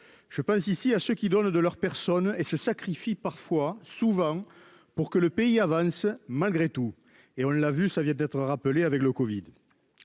je pense ici à ceux qui donnent de leur personne et se sacrifie parfois souvent pour que le pays avance malgré tout et on l'a vu, ça vient d'être rappelé avec le Covid.